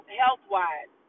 health-wise